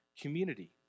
community